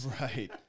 Right